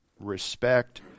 respect